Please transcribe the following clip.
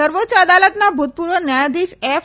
સર્વોચ્ય અદાલતના ભૂતપૂર્વ ન્યાયાધીશ એફ